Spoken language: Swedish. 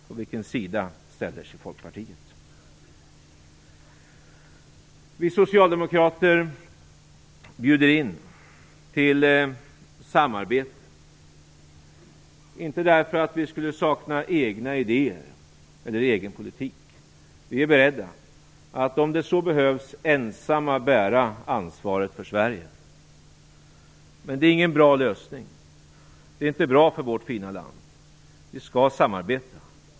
På vilken sida ställer sig Folkpartiet? Vi socialdemokrater bjuder in till samarbete, inte därför att vi skulle sakna egna idéer eller egen politik. Vi är beredda att, om det så behövs, ensamma bära ansvaret för Sverige. Men det är ingen bra lösning, det är inte bra för vårt fina land. Vi skall samarbeta.